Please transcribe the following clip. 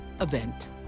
event